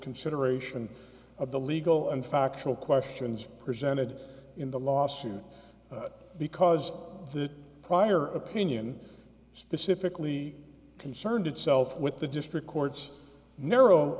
consideration of the legal and factual questions presented in the lawsuit because the prior opinion specifically concerned itself with the district courts narrow